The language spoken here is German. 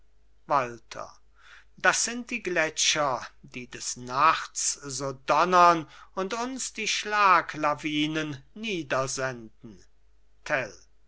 walther das sind die gletscher die des nachts so donnern und uns die schlaglawinen niedersenden